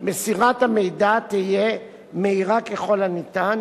מסירת המידע תהיה מהירה ככל הניתן,